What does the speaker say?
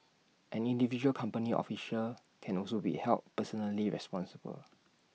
an individual company officer can also be held personally responsible